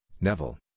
Neville